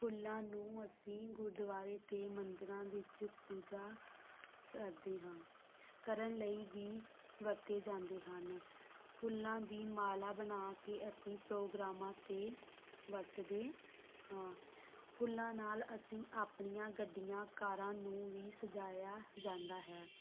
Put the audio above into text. ਫੁੱਲਾਂ ਨੂੰ ਅਸੀਂ ਗੁਰਦੁਆਰੇ ਅਤੇ ਮੰਦਰਾਂ ਵਿੱਚ ਪੂਜਾ ਕਰਦੇ ਹਾਂ ਕਰਨ ਲਈ ਵੀ ਵਰਤੇ ਜਾਂਦੇ ਹਨ ਫੁੱਲਾਂ ਦੀ ਮਾਲਾ ਬਣਾ ਕੇ ਅਸੀਂ ਪ੍ਰੋਗਰਾਮਾਂ 'ਤੇ ਵਰਤਦੇ ਹਾਂ ਫੁੱਲਾਂ ਨਾਲ ਅਸੀਂ ਆਪਣੀਆਂ ਗੱਡੀਆਂ ਕਾਰਾਂ ਨੂੰ ਵੀ ਸਜਾਇਆ ਜਾਂਦਾ ਹੈ